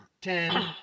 ten